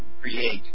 create